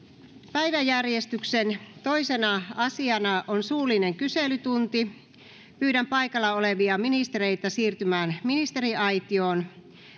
päiväjärjestyksen toisena asiana on suullinen kyselytunti pyydän paikalla olevia ministereitä siirtymään ministeriaitioon